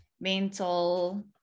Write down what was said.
mental